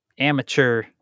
Amateur